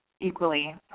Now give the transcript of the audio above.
equally